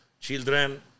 children